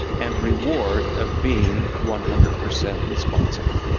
and reward of being one hundred percent responsible.